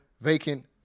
vacant